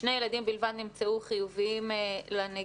שני ילדים בלבד נמצאו חיוביים לנגיף.